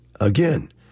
Again